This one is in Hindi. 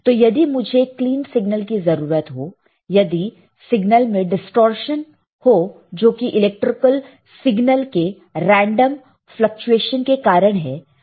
तो यदि मुझे एक क्लीन सिग्नल की जरूरत हो और यदि सिग्नल में डिस्टॉर्शन हो जोकि इलेक्ट्रिकल सिग्नल के रेंडम फ्लकचुएशन के कारण है